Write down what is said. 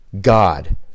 God